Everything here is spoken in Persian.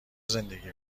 زندگی